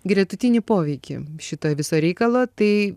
gretutinį poveikį šito viso reikalo tai